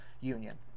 union